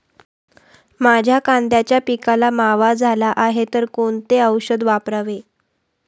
माझ्या कांद्याच्या पिकाला मावा झाला आहे तर कोणते औषध वापरावे?